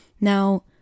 Now